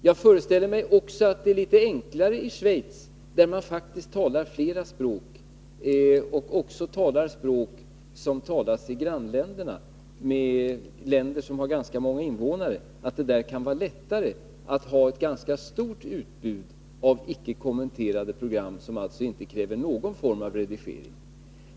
Jag föreställer mig också att det är litet enklare i Schweiz, där man faktiskt talar flera språk och också talar språk som talas i grannländerna, vilka har ganska många invånare. Det kan vara lättare där att ha ett ganska stort utbud av icke kommenterade program, som alltså inte kräver någon form av redigering.